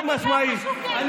אני אומר לכם בצורה חד-משמעית,